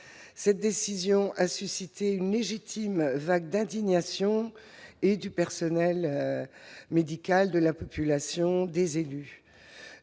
Cette décision a suscité une légitime vague d'indignation du personnel médical, de la population, des élus.